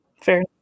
Fair